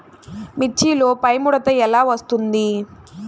మిర్చిలో పైముడత ఎలా వస్తుంది?